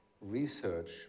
research